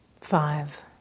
Five